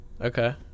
Okay